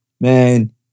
Man